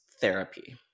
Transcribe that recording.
therapy